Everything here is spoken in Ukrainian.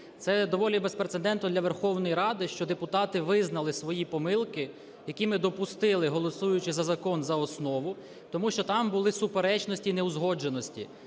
Це доволі безпрецедентно для Верховної Ради, що депутати визнали свої помилки, які ми допустили голосуючи за закон за основу. Тому що там були суперечності і неузгодженості.